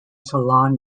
salon